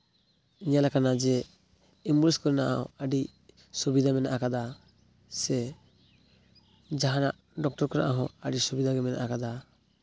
ᱧᱮᱞ ᱟᱠᱟᱱᱟ ᱡᱮ ᱤᱝᱞᱤᱥ ᱠᱚᱨᱮᱱᱟᱜ ᱟᱹᱰᱤ ᱥᱩᱵᱤᱫᱷᱟ ᱢᱮᱱᱟᱜ ᱟᱠᱟᱫᱟ ᱥᱮ ᱡᱟᱦᱟᱱᱟᱜ ᱰᱚᱠᱴᱚᱨ ᱠᱚᱨᱮᱱᱟᱜ ᱦᱚᱸ ᱟᱹᱰᱤ ᱥᱩᱵᱤᱫᱷᱟ ᱜᱮ ᱢᱮᱱᱟᱜ ᱟᱠᱟᱫᱟ